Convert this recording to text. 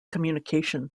communications